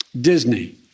Disney